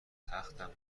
تختم